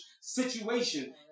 situation